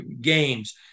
games